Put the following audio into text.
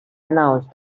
announced